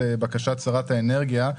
לבקשת שרת האנרגיה,